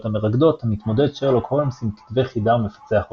המרקדות" מתמודד שרלוק הולמס עם כתבי חידה ומפצח אותם.